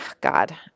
God